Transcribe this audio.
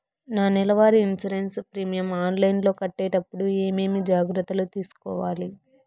నా నెల వారి ఇన్సూరెన్సు ప్రీమియం ఆన్లైన్లో కట్టేటప్పుడు ఏమేమి జాగ్రత్త లు తీసుకోవాలి?